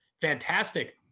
fantastic